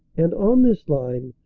and on this line,